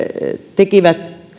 tekivät